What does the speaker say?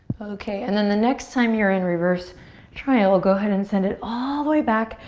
okay, and then the next time you're in reverse triangle, go ahead and send it all the way back.